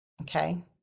okay